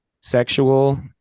sexual